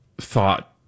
thought